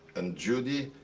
and judy,